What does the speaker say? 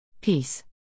Peace